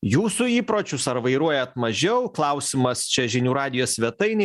jūsų įpročius ar vairuojat mažiau klausimas čia žinių radijo svetainėj